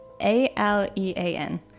A-L-E-A-N